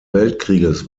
weltkrieges